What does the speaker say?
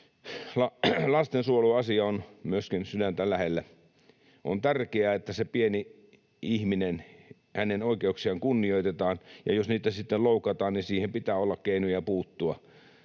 lastensuojeluasia on myöskin sydäntäni lähellä. On tärkeää, että sen pienen ihmisen oikeuksia kunnioitetaan, ja jos niitä sitten loukataan, niin siihen pitää olla keinoja puuttua.